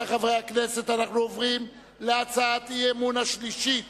עוברים להצעת האי-אמון השלישית